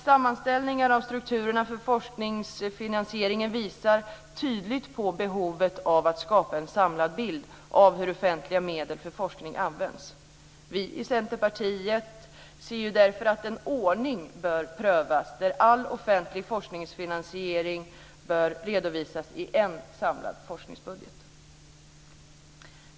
Sammanställningar av strukturerna för forskningsfinansieringen visar tydligt på behovet av att skapa en samlad bild av hur offentliga medel för forskning används. Vi i Centerpartiet anser därför att en ordning bör prövas där all offentlig forskningsfinansiering redovisas i en samlad forskningsbudget.